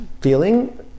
feeling